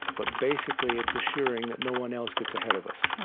but basically it's assuring that no one else gets ahead of us.